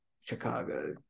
Chicago